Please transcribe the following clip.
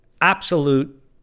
absolute